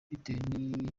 bitewe